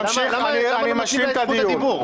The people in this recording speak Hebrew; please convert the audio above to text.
למה לא נותנים לה את זכות הדיבור?